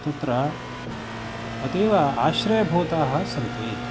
तत्र अतीव आश्रयभूताः सन्ति